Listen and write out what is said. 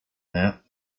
that